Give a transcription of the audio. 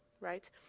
right